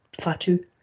Fatu